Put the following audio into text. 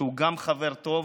שהוא גם חבר טוב,